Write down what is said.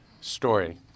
story